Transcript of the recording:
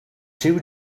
too